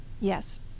yes